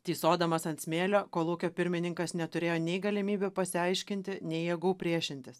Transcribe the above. tysodamas ant smėlio kolūkio pirmininkas neturėjo nei galimybių pasiaiškinti nei jėgų priešintis